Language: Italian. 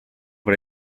per